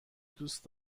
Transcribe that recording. دوست